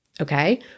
Okay